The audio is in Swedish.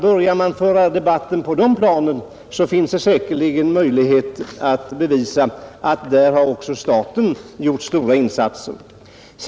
Börjar man föra debatten på det planet, finns det säkerligen också möjlighet att bevisa att staten där har gjort stora insatser för kommunerna.